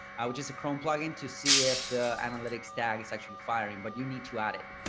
which is a chrome plugin to see if the analytics tag is actually firing, but you need to add it,